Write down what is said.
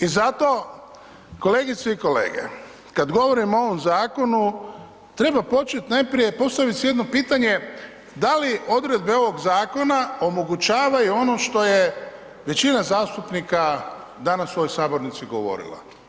I zato, kolegice i kolege, kad govorimo o ovom zakonu, treba počet najprije, postavit si jedno pitanje da li odredbe ovog zakona omogućavaju ono što je većina zastupnika danas u ovoj sabornici govorilo?